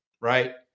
Right